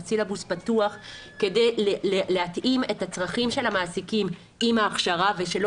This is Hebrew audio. הוא פתוח כדי להתאים את הצרכים של המעסיקים עם ההכשרה ושלא